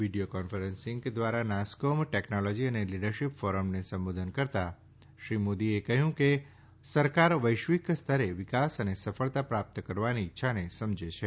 video conferencing દ્વારા NASSCOM technology અને leadership ફોરમને સંબોધન કરતાં શ્રી મોદીએ કહ્યું કે સરકાર વૈશ્વિક સ્તરે વિકાસ અને સફળતા પ્રાપ્ત કરવાની ઇચ્છાને સમજે છે